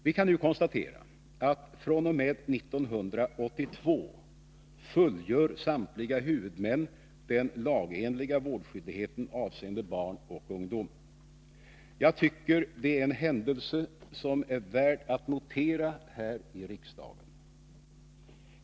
Vi kan nu konstatera att samtliga huvudmän fr.o.m. 1982 fullgör den lagenliga vårdskyldigheten avseende barn och ungdom. Jag tycker att det är en händelse som är värd att notera här i riksdagen.